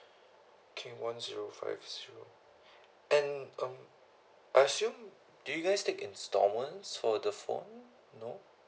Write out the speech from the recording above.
okay one zero five zero and um I assume do you guys take installments for the phone no